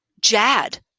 Jad